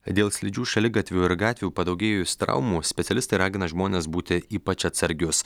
dėl slidžių šaligatvių ir gatvių padaugėjus traumų specialistai ragina žmones būti ypač atsargius